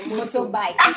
motorbike